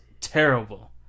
terrible